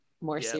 more